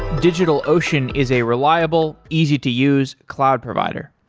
digitalocean is a reliable, easy-to-use cloud provider.